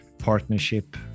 partnership